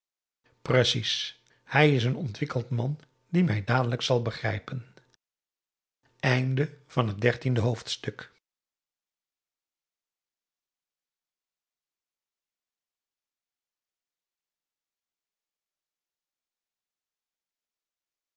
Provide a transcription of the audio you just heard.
precies hij is een ontwikkeld man die mij dadelijk zal begrijpen p a